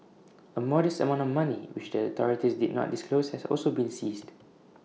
A modest amount of money which the authorities did not disclose has also been seized